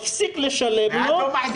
מפסיק לשלם לו,